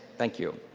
thank you.